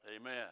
Amen